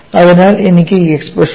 അതിനാൽ എനിക്ക് ഈ എക്സ്പ്രഷൻ ഉണ്ട്